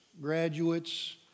graduates